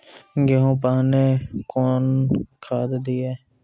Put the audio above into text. गेहूँ पहने कौन खाद दिए?